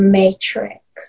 matrix